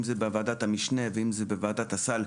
אם זה בוועדת המשנה ואם זה בוועדת הסל,